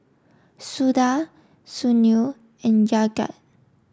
Suda Sunil and Jagat